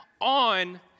on